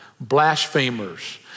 blasphemers